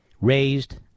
raised